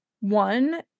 one